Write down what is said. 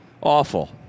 awful